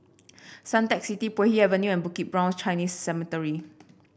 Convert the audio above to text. Suntec City Puay Hee Avenue and Bukit Brown Chinese Cemetery